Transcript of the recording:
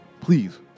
please